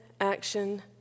action